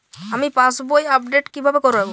আমি passbook update কিভাবে করাব?